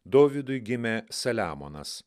dovydui gimė saliamonas